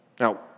Now